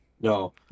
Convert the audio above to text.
No